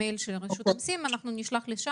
המסים.